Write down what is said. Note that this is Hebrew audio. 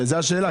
זו השאלה,